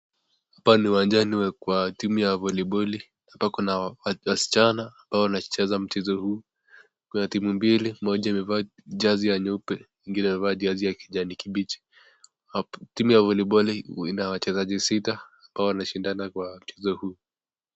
Hapa ni uwanjani kwa timu ya voliboli. Hapa kuna wasichana ambao wanacheza mchezo huu. Kuna timu mbili moja imevaa jazi ya nyeupe, ingine imevaa jazi ya kijani kibichi. Timu ya voliboli ina wachezaji sita ambao wanashindana kwa mchezo huu.